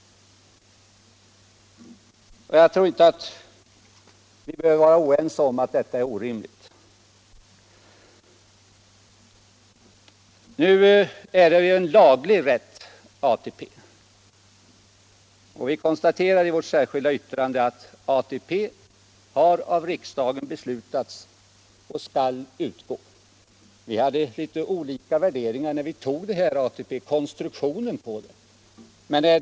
Jag tror inte att vi behöver vara oense om att detta är orimligt. Nu är ju ATP en laglig rätt. Vi konstaterar i vårt särskilda yttrande att ATP har av riksdagen beslutats och skall utgå. Vi hade litet olika värderingar i fråga om konstruktionen när vi tog beslutet om ATP.